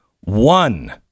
one